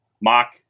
Mock